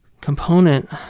component